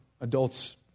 adults